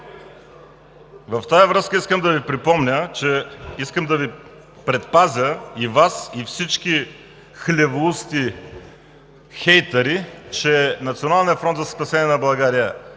В тази връзка искам да Ви припомня, искам да предпазя и Вас, и всички хлевоусти хейтъри, че Националният фронт за спасение на България не